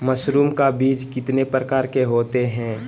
Mushroom का बीज कितने प्रकार के होते है?